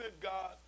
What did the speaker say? God